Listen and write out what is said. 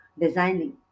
designing